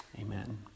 amen